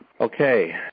okay